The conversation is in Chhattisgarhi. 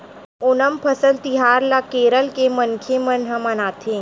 ओनम फसल तिहार ल केरल के मनखे मन ह मनाथे